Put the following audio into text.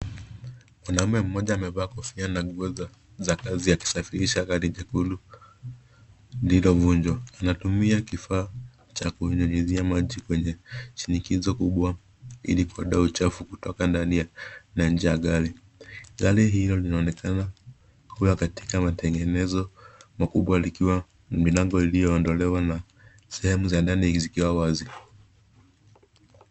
Mwanume moja amevaa kofia na nguo za kazi akisafisha gari jekundu lililofunjwa, anatumia kifaa cha kunyunyisia maji kwenye shinikizo kubwa ili kuondoa uchafu kutoka ndani ya gari. Gari hilo linaonekana kuwa katika matengenezo makubwa likiwa milango ilioondolewa na sehemu za dani zikiwa wazi.